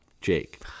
Jake